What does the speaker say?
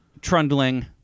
trundling